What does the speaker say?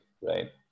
right